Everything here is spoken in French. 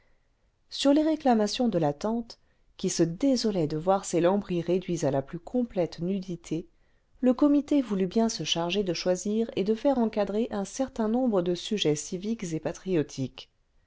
sur les réclamations de la tante qui se désolait de voir ses lambris réduits à la plus complète nudité le comité voulut bien se charger de choisir et de faire encadrer un certain nombre cle sujets civiques et patriotiques